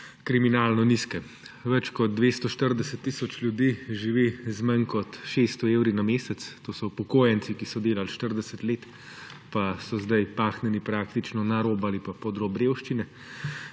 kriminalno nizke. Več kot 240 tisoč ljudi živi z manj kot 600 evri na mesec, to so upokojenci, ki so delali 40 let, pa so zdaj pahnjeni praktično na rob ali pa pod rob revščine.